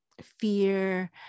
fear